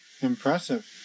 Impressive